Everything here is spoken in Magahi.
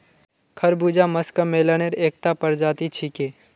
खरबूजा मस्कमेलनेर एकता प्रजाति छिके